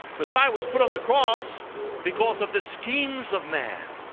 messiah was put on the cross because of the schemes of man,